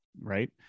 Right